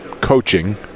coaching